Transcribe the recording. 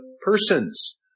persons